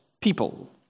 people